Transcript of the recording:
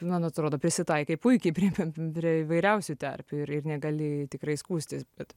nu man atrodo prisitaikai puikiai prie prie įvairiausių terpių ir ir negali tikrai skųstis bet